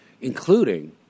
including